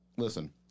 Listen